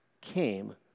came